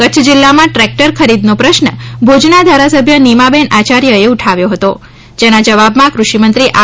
કચ્છ જિલ્લામાં ટ્રેક્ટર ખરીદનો પ્રશ્ન ભુજના ધારાસભ્ય નીમાબેન આચાર્યએ ઉઠાવ્યો હતો જેના જવાબમાં કૃષિ મંત્રી આર